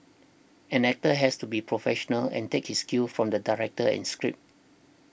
an actor has to be professional and take his cue from the director and script